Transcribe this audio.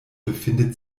befindet